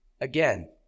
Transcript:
Again